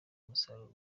umusaruro